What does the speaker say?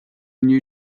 new